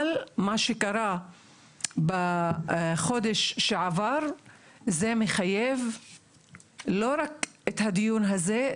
אבל מה שקרה בחודש שעבר זה מחייב לא רק את הדיון הזה,